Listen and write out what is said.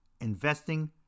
investing